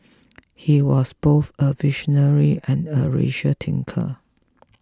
he was both a visionary and a radical thinker